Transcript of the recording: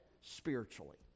spiritually